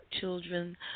Children